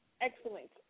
excellent